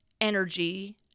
energy